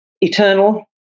eternal